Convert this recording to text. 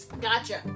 Gotcha